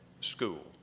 school